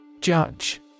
Judge